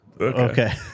Okay